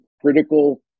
critical